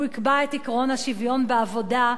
והוא יקבע את עקרון השוויון בעבודה,